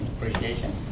appreciation